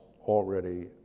already